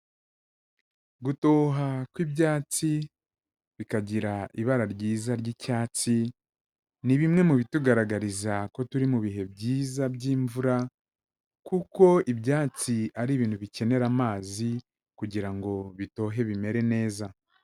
Gutoha kw'ibyatsi bikagira ibara ryiza ry'icyatsi, ni bimwe mu bitugaragariza ko turi mu bihe byiza by'imvura kuko ibyatsi ari ibintu bikenera amazi kugira ngo bitohe bimere neza.